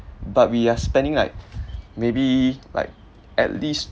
but we are spending like maybe like at least